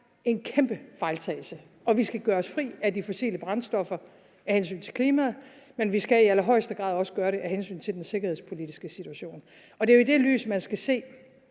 en kæmpe fejltagelse, og vi skal gøre os fri af de fossile brændstoffer af hensyn til klimaet, men vi skal i allerhøjeste grad også gøre det af hensyn til den sikkerhedspolitiske situation. Det er jo i det lys, man skal se,